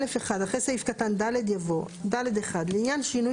(א1) אחרי סעיף קטן (ד) יבוא: "(ד1) לעניין שינוי